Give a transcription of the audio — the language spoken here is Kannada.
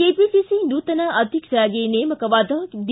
ಕೆಪಿಸಿಸಿ ನೂತನ ಅಧ್ಯಕ್ಷರಾಗಿ ನೇಮಕವಾದ ಡಿ